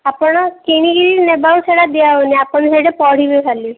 ଆପଣ କିଣିକି ବି ନେବାକୁ ସେଟା ଦିଆ ହେଉନି ଆପଣ ସେଇଟା ପଢ଼ିବେ ଖାଲି